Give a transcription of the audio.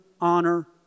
honor